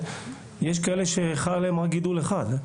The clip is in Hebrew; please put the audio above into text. יש כאלה שחל עליהם רק גידול אחד.